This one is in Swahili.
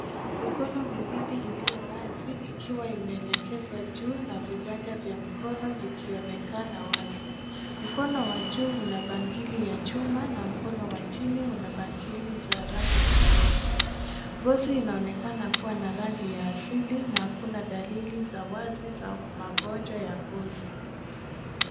Mikono miwili iliyo wazi ikiwa imeelekezwa juu na viganja vya mikono vikionekana wazi. Mkono wa juu una bangili ya chuma na mkono wa chini una bangili za rangi tofauti. Ngozi inaonekana kuwa na rangi ya asili na hakuna dalili za wazi za magonjwa ya ngozi.